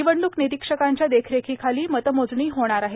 निवडणूक निराक्षक यांच्या देखरेखीखालां मतमोजणी होणार आहे